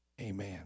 amen